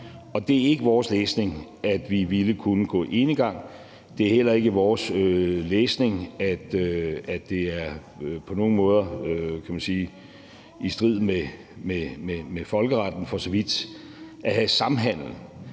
EU. Det er ikke vores læsning, at vi ville kunne gå enegang. Det er heller ikke vores læsning, at det på nogen måder er i strid med folkeretten for så vidt at have samhandel.